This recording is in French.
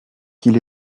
qu’il